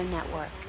Network